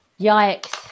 Yikes